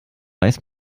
weiß